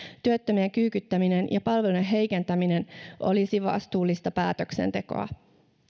työttömien kyykyttäminen ja palveluiden heikentäminen olisi vastuullista päätöksentekoa